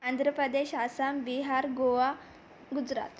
Andhra Pradesh Assam Bihar Goa Gujarat